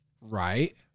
Right